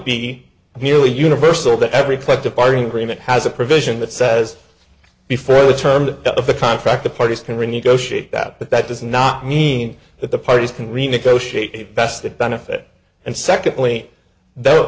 be nearly universal that every collective bargaining agreement has a provision that says before the terms of the contract the parties can renegotiate that but that does not mean that the parties can renegotiate a vested benefit and